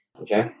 Okay